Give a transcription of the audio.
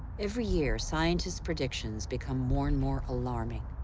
every year, scientists' predictions become more and more alarming.